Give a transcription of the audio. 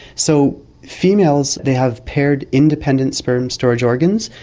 so females, they have paired independent sperm storage organs,